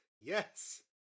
Yes